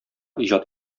иҗат